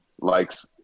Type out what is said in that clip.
likes